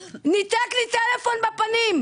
ניתק לי את הטלפון בפנים.